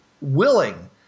willing